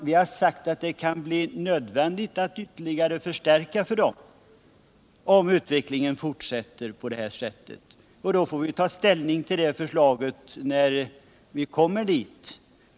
Vi har sagt att det kan bli nödvändigt att förstärka stödet ytterligare för dem, om utvecklingen fortsätter på samma sätt som nu. Då får vi ta ställning till ett förslag om det när vi kommer dit.